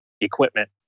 equipment